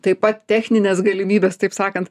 taip pat technines galimybes taip sakant